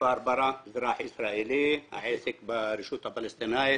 מכפר ברא, אזרח ישראלי, העסק ברשות הפלסטינית,